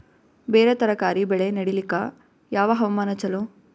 ಬೇರ ತರಕಾರಿ ಬೆಳೆ ನಡಿಲಿಕ ಯಾವ ಹವಾಮಾನ ಚಲೋ?